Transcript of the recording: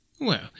Well